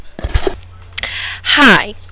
Hi